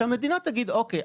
שהמדינה תגיד: אוקיי,